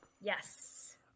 Yes